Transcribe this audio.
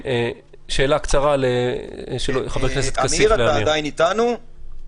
עמיר, אתה עדיין איתנו?